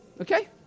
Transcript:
Okay